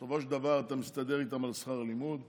בסופו של דבר אתה מסתדר איתם על שכר לימוד.